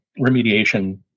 remediation